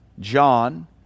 John